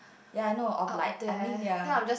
ya I know of like I mean ya